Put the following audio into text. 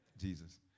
Jesus